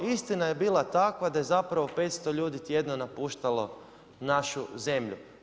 A istina je bila takva da je zapravo 500 ljudi tjedno napuštalo našu zemlju.